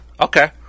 okay